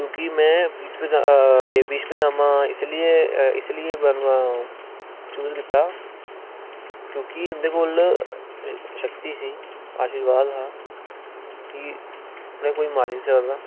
क्योंकि में इत्थूं दा एह् भीश्मपितामह इस लेई चूज़ कीता क्योंकि उंदे कोल शक्ति ही आशीर्वाद हाकि उनेंगी कोई मारी नी सकदा